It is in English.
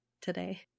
today